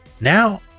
Now